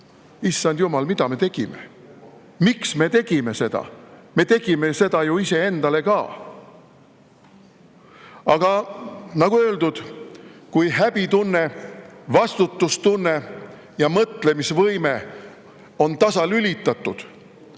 "Issand jumal, mida me tegime? Miks me tegime seda? Me tegime seda ju iseendale ka." Aga nagu öeldud, kui häbitunne, vastutustunne ja mõtlemisvõime on tasalülitatud,